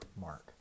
mark